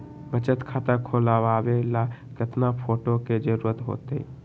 बचत खाता खोलबाबे ला केतना फोटो के जरूरत होतई?